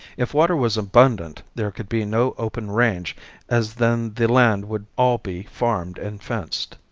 if water was abundant there could be no open range as then the land would all be farmed and fenced.